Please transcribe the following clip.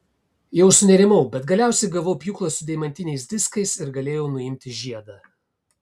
jau sunerimau bet galiausiai gavau pjūklą su deimantiniais diskais ir galėjau nuimti žiedą